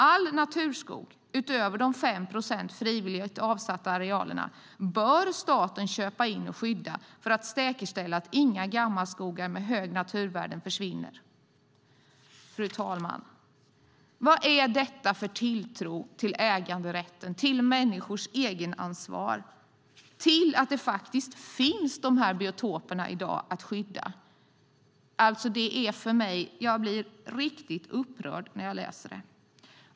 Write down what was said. All naturskog - utöver de 5 procent frivilligt avsatta arealerna - bör staten köpa in och skydda, för att säkerställa att inga gammelskogar med höga naturvärden försvinner." Fru talman! Vad är detta för tilltro till äganderätten och människors egenansvar, när dessa biotoper i dag finns att skydda? Jag blir riktigt upprörd när jag läser det.